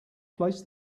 placed